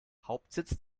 hauptsitz